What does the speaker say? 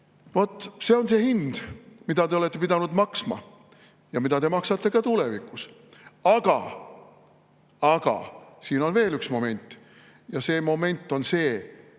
see on see hind, mida te olete pidanud maksma ja mida te maksate ka tulevikus. Aga siin on veel üks moment. See moment on see,